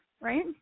right